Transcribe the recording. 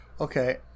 Okay